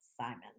Simon